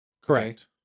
Correct